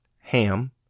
Ham